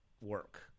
work